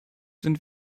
sind